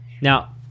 Now